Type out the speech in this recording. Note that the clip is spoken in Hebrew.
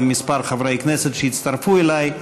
כמה חברי כנסת שהצטרפו אליי,